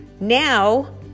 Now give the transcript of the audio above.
Now